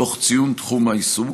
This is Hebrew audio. תוך ציון תחום העיסוק,